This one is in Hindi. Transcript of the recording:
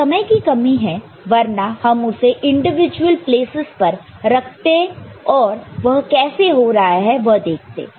तो समय की कमी है वरना हम उसे इंडिविजुअल प्लेसेस पर रखते और वह कैसे हो रहा है वह देखते